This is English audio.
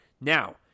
Now